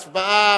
להצבעה.